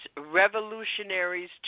Revolutionaries